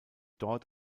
dort